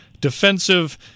defensive